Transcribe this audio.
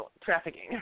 trafficking